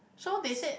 so they said